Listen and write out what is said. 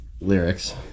lyrics